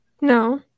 No